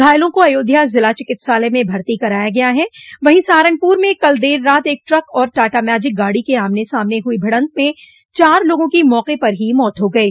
घायलों को अयोध्या जिला चिकित्सालय में भर्ती कराया गया है वहीं सहारनपुर में कल देर रात एक ट्रक और टाटा मैजिक गाड़ी के आमने सामने हुई भिड़ंत में चार लोगों की मौके पर ही मौत हो गयी